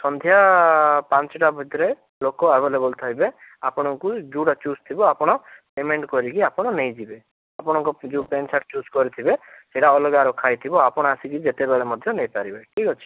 ସନ୍ଧ୍ୟା ପାଞ୍ଚଟା ଭିତରେ ଲୋକ ଆଭେଲେବୁଲ୍ ଥିବେ ଆପଣଙ୍କୁ ଯେଉଁଟା ଚୁଜ୍ ଥିବ ଆପଣ ପେମେଣ୍ଟ କରିକି ଆପଣ ନେଇଯିବେ ଆପଣଙ୍କ ଯେଉଁ ପ୍ୟାଣ୍ଟ ସାର୍ଟ୍ ଚୁଜ୍ କରିଥିବେ ସେଇଟା ଅଲଗା ରଖାହେଇଥିବ ଆପଣ ଆସିକି ଯେତେବେଳେ ମଧ୍ୟ ନେଇପାରିବେ ଠିକ୍ ଅଛି